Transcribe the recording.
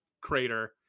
crater